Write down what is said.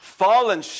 fallen